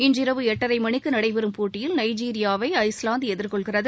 இன்றிரவு எட்டரை மணிக்கு நடைபெறும் போட்டியில் நைஜீரியாவை ஐஸ்லாந்து எதிர்கொள்கிறது